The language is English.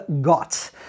Got